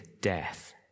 death